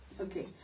Okay